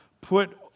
put